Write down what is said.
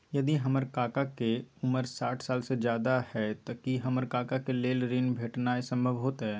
यदि हमर काका के उमर साठ साल से ज्यादा हय त की हमर काका के लेल ऋण भेटनाय संभव होतय?